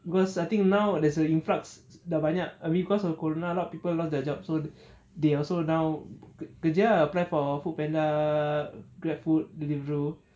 cause I think now there's a influx dah banyak I mean cause of corona a lot of people lost their jobs so they also now kerja ah apply for foodpanda grabfood deliveroo